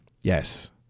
yes